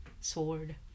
sword